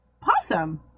possum